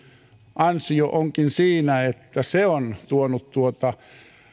ansio onkin siinä että se on tuonut tuota